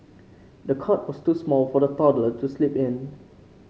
the cot was too small for the toddler to sleep in